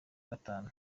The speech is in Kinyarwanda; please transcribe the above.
gatanu